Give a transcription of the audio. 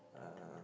uh